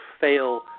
fail